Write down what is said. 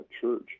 church